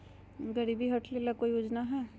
गरीबी हटबे ले कोई योजनामा हय?